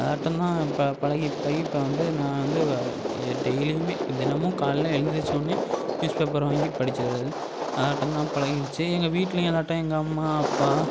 அதாட்டம் தான் இப்போ பழகி பழகி இப்போ வந்து நான் வந்து வ எ டெய்லியுமே தினமும் காலைல எழுந்திரிச்சோன்னே நியூஸ் பேப்பர் வாங்கி படிச்சிறது அதாட்டம் தான் பழகிருச்சி எங்கள் வீட்லையும் அதாட்டம் எங்கள் அம்மா அப்பா